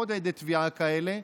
עוד עדי תביעה כאלה,